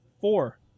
four